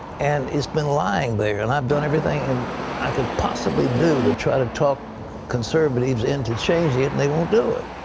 and it has been lying there. and i've done everything and i could possibly do to try to talk conservatives into changing it, and they won't do it.